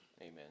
Amen